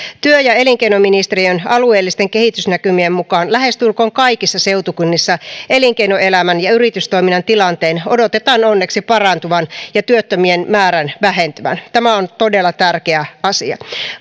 työ ja elinkeinoministeriön alueellisten kehitysnäkymien mukaan lähestulkoon kaikissa seutukunnissa elinkeinoelämän ja yritystoiminnan tilanteen odotetaan onneksi parantuvan ja työttömien määrän vähentyvän tämä on todella tärkeä asia